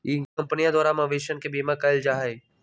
ई कंपनीया द्वारा मवेशियन के बीमा कइल जाहई